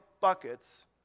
buckets